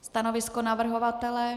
Stanovisko navrhovatele?